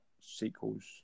Sequels